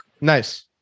Nice